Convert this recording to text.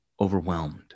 overwhelmed